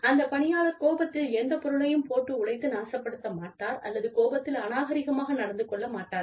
அந்த பணியாளர் கோபத்தில் எந்த பொருளையும் போட்டு உடைத்து நாசப்படுத்த மாட்டார் அல்லது கோபத்தில் அநாகரிகமாக நடந்து கொள்ள மாட்டார்